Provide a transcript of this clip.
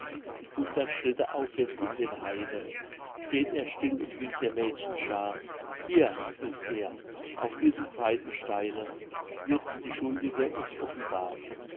hundert schritte aufwärts in dem haine steht er still und winkt der mädchen schaar hier ruft er auf diesem breiten steine wird die schuldige uns offenbar